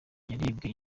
yarebwe